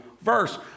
verse